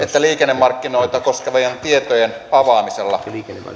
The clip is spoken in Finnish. että liikennemarkkinoita koskevien tietojen avaamisella